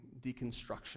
deconstruction